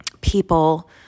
people